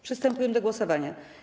Przystępujemy do głosowania.